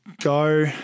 Go